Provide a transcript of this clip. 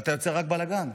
ואתה יוצר רק בלגן.